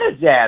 jazz